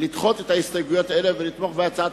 לדחות את ההסתייגויות האלה ולתמוך בהצעת